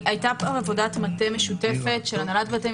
ככל ששני ההסדרים אמורים להיות בתוקף באותו זמן,